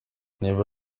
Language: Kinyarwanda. niba